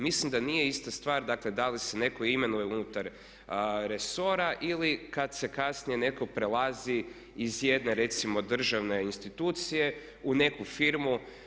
Mislim da nije ista stvar, dakle da li se netko imenuje unutar resora ili kada se kasnije netko prelazi iz jedne recimo državne institucije u neku firmu.